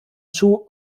schuh